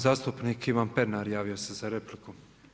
Zastupnik Ivan Pernar javio se za repliku.